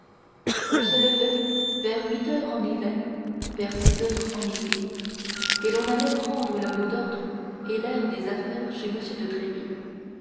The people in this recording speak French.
on se levait vers huit heures en hiver vers six heures en été et l'on allait prendre le mot d'ordre et l'air des affaires chez m de